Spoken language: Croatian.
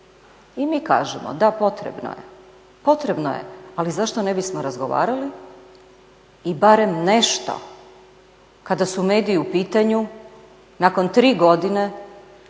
I mi kažemo, da potrebno je. Potrebno je ali zašto ne bismo razgovarali i barem nešto kada su mediji u pitanju nakon tri godine